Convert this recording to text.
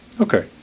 Okay